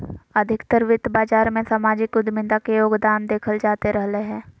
अधिकतर वित्त बाजार मे सामाजिक उद्यमिता के योगदान देखल जाते रहलय हें